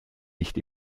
nicht